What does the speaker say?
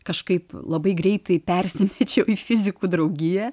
kažkaip labai greitai persimečiau į fizikų draugija